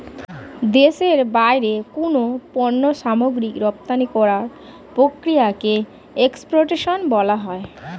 দেশের বাইরে কোনো পণ্য সামগ্রী রপ্তানি করার প্রক্রিয়াকে এক্সপোর্টেশন বলা হয়